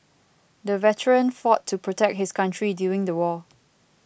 the veteran fought to protect his country during the war